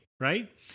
Right